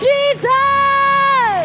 Jesus